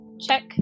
check